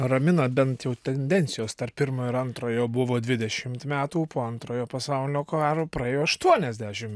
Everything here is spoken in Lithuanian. ramina bent jau tendencijos tarp pirmo ir antrojo buvo dvidešimt metų po antrojo pasaulinio karo praėjo aštuoniasdešim